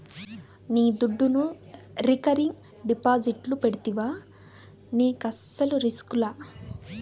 నీ దుడ్డును రికరింగ్ డిపాజిట్లు పెడితివా నీకస్సలు రిస్కులా